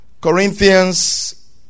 Corinthians